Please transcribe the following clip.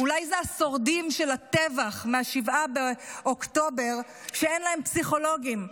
אולי אלה השורדים של הטבח מ-7 באוקטובר שאין להם פסיכולוגים,